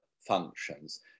functions